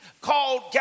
called